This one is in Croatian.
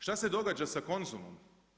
Šta se događa sa Konzumom?